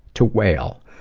to wail,